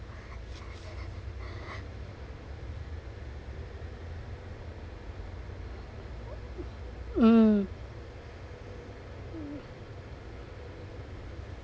mm